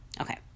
Okay